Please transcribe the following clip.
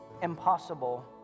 impossible